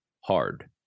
hard